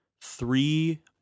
three